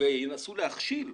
וינסו להכשיל,